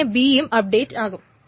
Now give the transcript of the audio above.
അങ്ങനെ B യും update ആകും